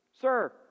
sir